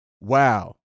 wow